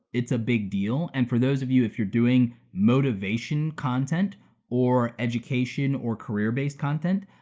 it's a big deal, and for those of you if you're doing motivation content or education or career-based content,